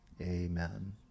amen